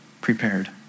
prepared